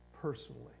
personally